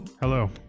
Hello